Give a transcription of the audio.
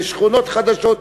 ושכונות חדשות,